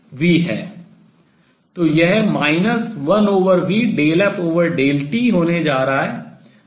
तो यह 1v∂f∂t होने जा रहा है